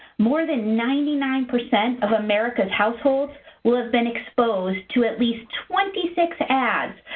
more than ninety nine percent of america's households will have been exposed to at least twenty six ads,